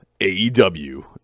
aew